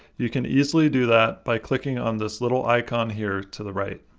you can easily do that by clicking on this little icon here to the right.